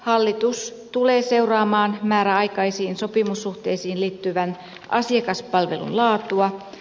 hallitus tulee seuraamaan määräaikaisiin sopimussuhteisiin liittyvän asiakaspalvelun laatua